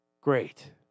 great